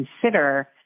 consider